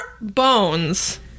bones